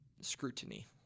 scrutiny